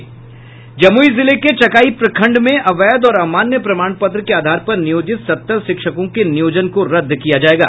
जमुई जिले के चकाई प्रखंड में अवैध और अमान्य प्रमाण पत्र के आधार पर नियोजित सत्तर शिक्षकों के नियोजन को रदद किया जायेगा